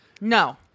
no